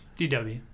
DW